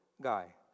guy